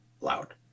loud